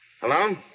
Hello